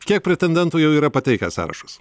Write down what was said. kiek pretendentų jau yra pateikę sąrašus